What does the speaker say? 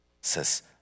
says